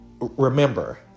remember